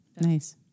Nice